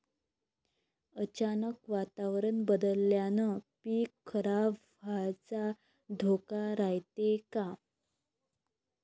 अचानक वातावरण बदलल्यानं पीक खराब व्हाचा धोका रायते का?